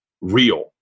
real